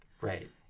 Right